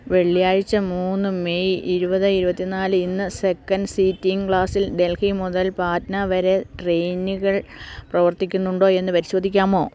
വെള്ളിയാഴ്ച മൂന്ന് മെയ് ഇരുപത് ഇരുപത്തി നാല് ഇന്ന് സെക്കൻഡ് സീറ്റിംഗ് ക്ലാസിൽ ഡൽഹി മുതൽ പാട്ന വരെ ട്രെയിനുകൾ പ്രവർത്തിക്കുന്നുണ്ടോ എന്ന് പരിശോധിക്കാമോ